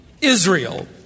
Israel